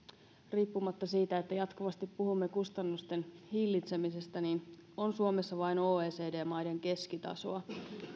riippumatta siitä että jatkuvasti puhumme kustannusten hillitsemisestä on suomessa vain oecd maiden keskitasoa